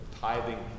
tithing